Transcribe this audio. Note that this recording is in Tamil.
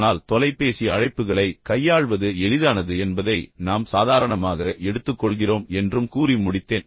ஆனால் தொலைபேசி அழைப்புகளை கையாள்வது எளிதானது என்பதை நாம் சாதாரணமாக எடுத்துக்கொள்கிறோம் என்றும் கூறி முடித்தேன்